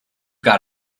got